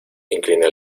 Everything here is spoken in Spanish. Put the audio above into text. incliné